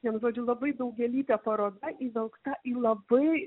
vienu žodžiu labai daugialypė paroda įvilkta į labai